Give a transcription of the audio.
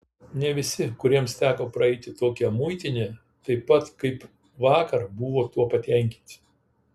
ne visi kuriems teko praeiti tokią muitinę taip pat kaip vakar buvo tuo patenkinti